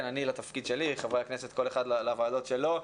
אני לתפקיד שלי וחברי הכנסת כל אחד לוועדות שלו.